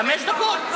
חמש דקות.